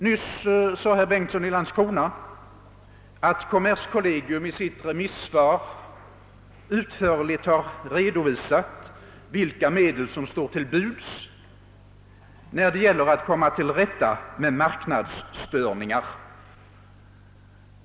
Nyss framhöll herr Bengtsson i Landskrona, att kommerskollegium i sitt remissvar utförligt har redovisat vilka medel som står till buds när det gäller att komma till rätta med marknadsstörningar.